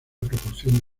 proporción